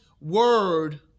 word